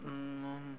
mm